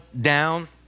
down